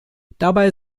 dabei